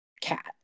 cat